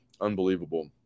Unbelievable